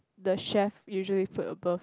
the chef usually put above